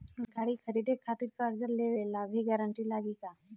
गाड़ी खरीदे खातिर कर्जा लेवे ला भी गारंटी लागी का?